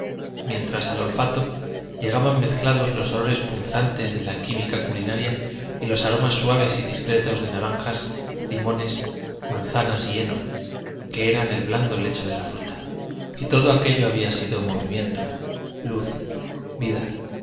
mientras al olfato llegaban mezclados los olores punzantes de la química culinaria y los aromas suaves y discretos de naranjas limones manzanas y heno que era el blando lecho de la fruta y todo aquello había sido movimiento luz vida